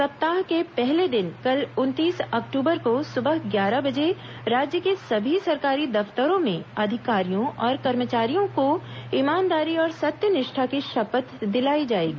सप्ताह के पहले दिन कल उनतीस अक्टूबर को सुबह ग्यारह बजे राज्य के सभी सरकारी दफ्तरों में अधिकारियों और कर्मचारियों को ईमानदारी और सत्यनिष्ठा की शपथ दिलाई जाएगी